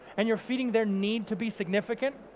and you're feeding their need to be significant,